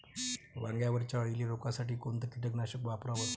वांग्यावरच्या अळीले रोकासाठी कोनतं कीटकनाशक वापराव?